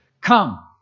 Come